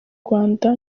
rwanda